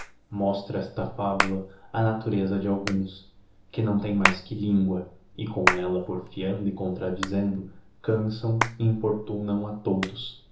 mostra esta fabula a natureza de alguns que não tem mais que lingua e com ella porfiando e contradizendo canção e importunão a todos